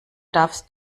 darfst